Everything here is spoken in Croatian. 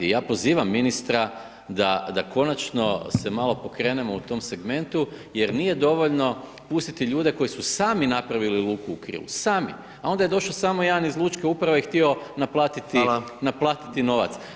I ja pozivam ministra, da konačno se malo pokrenemo u tom segmentu, jer nije dovoljno pustiti ljude koji su sami napravili luku u … sami, a onda je došao samo jedan iz lučke uprave i htio naplatiti novac.